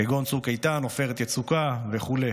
כגון צוק איתן, עופרת יצוקה וכו'.